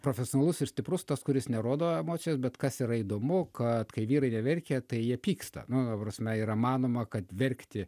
profesionalus ir stiprus tas kuris nerodo emocijos bet kas yra įdomu kad kai vyrai neverkia tai jie pyksta nu ta prasme yra manoma kad verkti